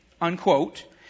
unquote